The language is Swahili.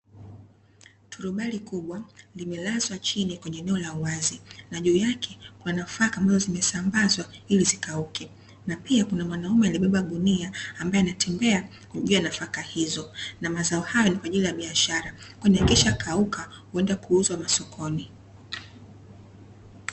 Turubai kubwa limelazwa chini kwenye eneo la wazi, na juu yake kuna nafaka ambazo zimesambazwa ili zikauke, na pia kuna mwanaume aliyebeba gunia ambaye anatembea juu ya nafaka hizo na mazao hayo ni kwa ajili ya biashara, kwani yakishakauka huenda kuuzwa masokoni.